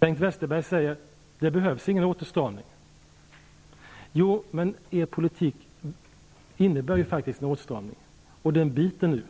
Bengt Westerberg säger att det inte behövs någon åtstramning. Jo, men er politik innebär ju en åtstramning, och den biter nu.